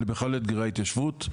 אלא בכלל אתגרי ההתיישבות.